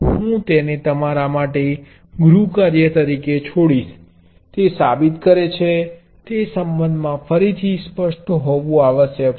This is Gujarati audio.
હું તેને તમારા માટે ગૃહકાર્ય તરીકે છોડીશ તે સાબિત કરે છે તે સંબંધમાંથી ફરીથી સ્પષ્ટ હોવું આવશ્યક છે